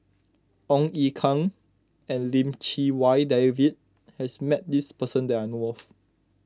Ong Ye Kung and Lim Chee Wai David has met this person that I know of